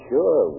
Sure